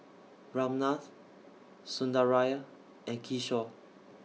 Ramnath Sundaraiah and Kishore